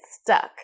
stuck